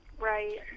Right